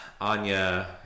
Anya